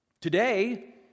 Today